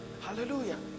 hallelujah